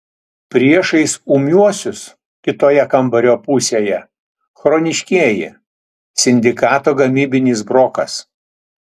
priešais ūmiuosius kitoje kambario pusėje chroniškieji sindikato gamybinis brokas